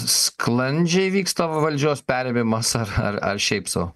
sklandžiai vyksta valdžios perėmimas ar ar ar šiaip sau